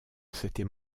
s’était